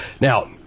Now